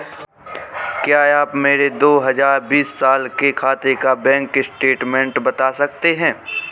क्या आप मेरे दो हजार बीस साल के खाते का बैंक स्टेटमेंट बता सकते हैं?